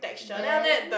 then